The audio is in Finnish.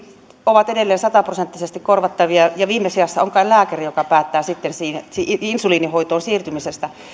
ovat edelleen sata prosenttisesti korvattavia ja viime sijassa se on kai lääkäri joka päättää sitten insuliinihoitoon siirtymisestä